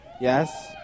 Yes